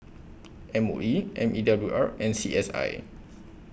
M O E N E W R and C S I